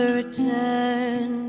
return